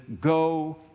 go